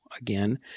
again